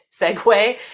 segue